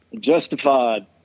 Justified